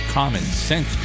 common-sense